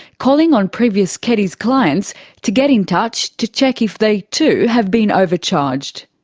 calling on previous keddies' clients to get in touch to check if they too have been overcharged.